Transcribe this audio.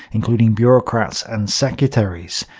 including bureaucrats and secretaries.